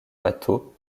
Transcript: bateau